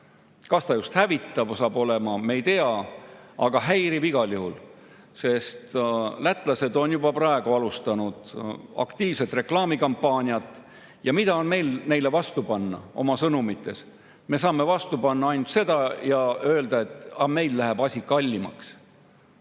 Kas just hävitav, seda me ei tea, aga häiriv igal juhul, sest lätlased on juba praegu alustanud aktiivset reklaamikampaaniat. Ja mida on meil neile vastu panna oma sõnumites? Me saame öelda ainult seda, et meil läheb asi kallimaks.